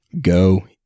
Go